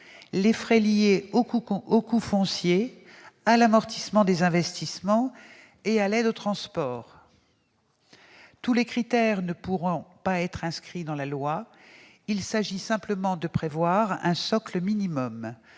les frais liés au coût du foncier, à l'amortissement des investissements et à l'aide au transport. Tous les critères ne pouvant être inscrits dans la loi, il s'agit de prévoir un socle minimal.